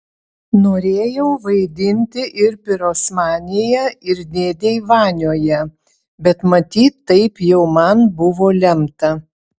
norėjau vaidinti ir pirosmanyje ir dėdėj vanioje bet matyt taip jau man buvo lemta